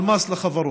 על מס לחברות.